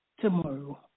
tomorrow